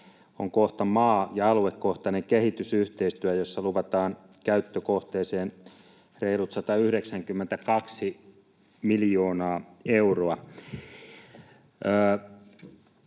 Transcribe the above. on kohta Maa- ja aluekohtainen kehitysyhteistyö, jossa luvataan käyttökohteeseen reilut 192 miljoonaa euroa,